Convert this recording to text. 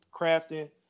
crafting